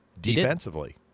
defensively